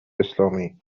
اسلامی